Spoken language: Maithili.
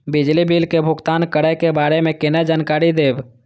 बिजली बिल के भुगतान करै के बारे में केना जानकारी देब?